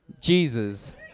Jesus